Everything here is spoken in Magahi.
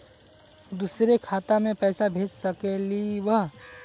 दुसरे खाता मैं पैसा भेज सकलीवह?